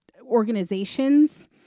organizations